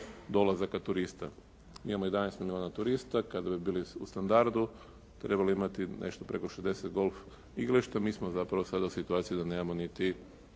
dolazaka turista. Mi imamo 11 milijuna turista, kada bi bili u standardu trebali bi imati nešto preko 60 golf igrališta, mi smo zapravo sada u situaciji da nemamo niti